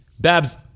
Babs